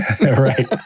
Right